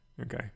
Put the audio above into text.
Okay